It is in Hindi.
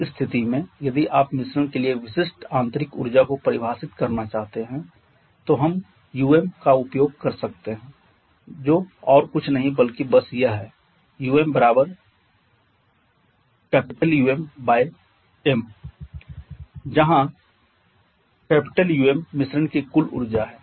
उस स्थिति में यदि आप मिश्रण के लिए विशिष्ट आंतरिक ऊर्जा को परिभाषित करना चाहते हैं तो हम 'um' को उपयोग कर सकते हैं जो और कुछ नहीं है बल्कि बस यह है um Umm जहां Um मिश्रण की कुल ऊर्जा है